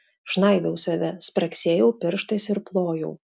žnaibiau save spragsėjau pirštais ir plojau